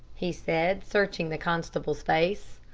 he said, searching the constable's face.